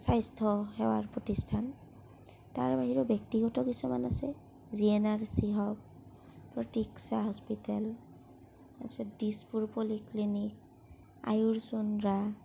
স্বাস্থ্য সেৱাৰ প্ৰতিষ্ঠান তাৰ বাহিৰেও ব্যক্তিগত কিছুমান আছে জিএনআৰচি হওক প্ৰতিকচা হস্পিটেল তাছত দিছপুৰ পলিক্লিনিক আয়ুৰচুন্দ্ৰা